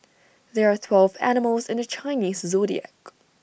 there are twelve animals in the Chinese Zodiac